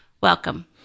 Welcome